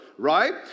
Right